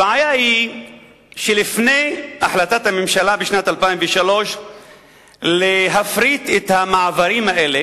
הבעיה היא שלפני החלטת הממשלה בשנת 2003 להפריט את המעברים האלה,